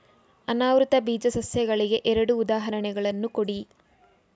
ಅನಾವೃತ ಬೀಜ ಸಸ್ಯಗಳಿಗೆ ಎರಡು ಉದಾಹರಣೆಗಳನ್ನು ಕೊಡಿ